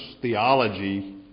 theology